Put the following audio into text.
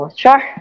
sure